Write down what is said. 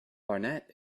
barnett